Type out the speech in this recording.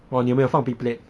!wah! 你有没有放 P plate